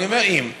ואני אומר: אם.